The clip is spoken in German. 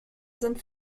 sind